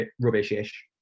rubbish-ish